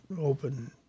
open